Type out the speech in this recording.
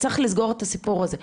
צריך לסגור את הסיפור הזה,